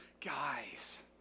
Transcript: guys